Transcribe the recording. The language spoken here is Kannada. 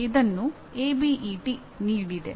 ಇದನ್ನು ಎಬಿಇಟಿ ನೀಡಿದೆ